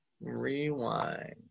Rewind